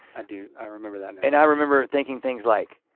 i do. i remember that now. and i remember thinking things like